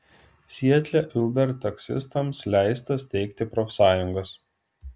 sietle uber taksistams leista steigti profsąjungas